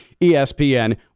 ESPN